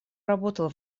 работал